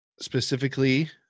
specifically